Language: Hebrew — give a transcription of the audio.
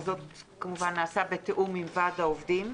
וזה נעשה כמובן בתיאום עם ועד העובדים.